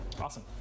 Awesome